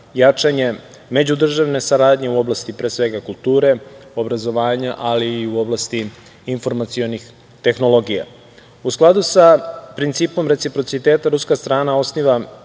jačanje međudržavne saradnje u oblasti, pre svega, kulture, obrazovanja, ali i u oblasti informacionih tehnologija.U skladu sa principom reciprociteta, ruska strana osniva